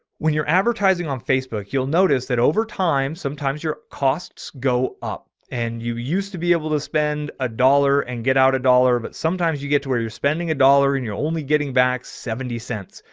when you're advertising on facebook, you'll notice that over time, sometimes your costs go up and you used to be able to spend a dollar and get out a dollar, but sometimes you get to where you're spending a dollar and you're only getting back seventy cents,